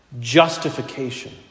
justification